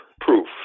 proof